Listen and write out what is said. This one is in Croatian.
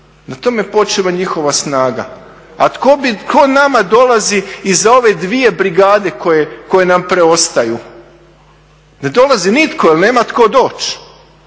na tome počiva njihova snaga. A tko nama dolazi iz ove dvije brigade koje nam preostaju? Ne dolazi nitko jel nema tko doći.